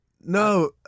No